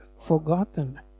forgotten